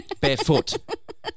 Barefoot